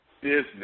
business